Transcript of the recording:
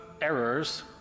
errors